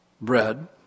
bread